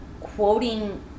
quoting